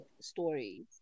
stories